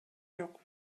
жок